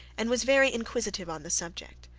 and was very inquisitive on the subject.